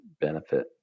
benefit